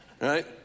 Right